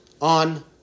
on